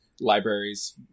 libraries